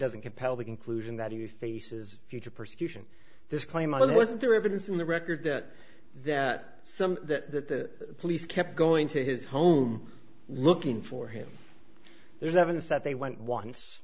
doesn't compel the conclusion that he faces future persecution this claim of wasn't there evidence in the record that that some of the police kept going to his home looking for him there's evidence that they went once